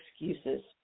excuses